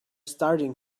starting